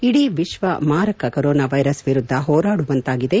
ಇಡೀ ವಿಶ್ವ ಮಾರಕ ಕೊರೊನಾ ವೈರಸ್ ವಿರುದ್ದ ಹೋರಾಡುವಂತಾಗಿದೆ